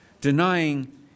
denying